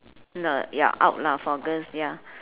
the ya out lah for girls ya